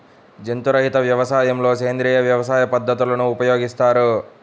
జంతు రహిత వ్యవసాయంలో సేంద్రీయ వ్యవసాయ పద్ధతులను ఉపయోగిస్తారు